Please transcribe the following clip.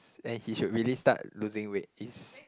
and he should really start losing weight is